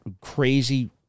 crazy